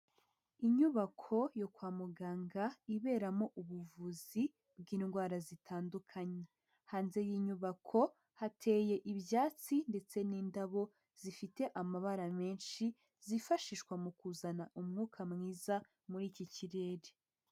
Inyubako yo kwa muganga iberamo ubuvuzi bw'indwara zitandukanye. Hanze y'inyubako hateye ibyatsi ndetse n'indabo zifite amabara menshi zifashishwa mu kuzana umwuka mwiza muri iki kirere.